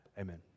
amen